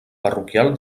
parroquial